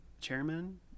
chairman